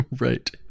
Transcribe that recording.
Right